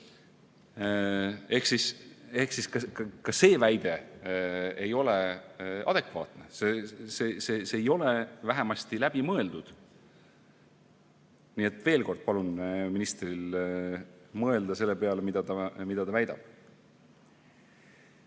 Ehk siis ka see väide ei ole adekvaatne. See ei ole vähemasti läbi mõeldud. Nii et veel kord palun ministril mõelda selle peale, mida ta väidab.